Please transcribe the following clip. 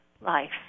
life